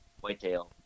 whitetail